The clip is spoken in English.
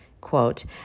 quote